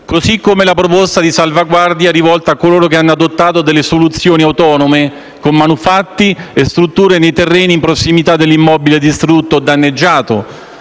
così come la proposta di salvaguardia rivolta a coloro che hanno adottato soluzioni autonome con manufatti e strutture nei terreni in prossimità dell'immobile distrutto o danneggiato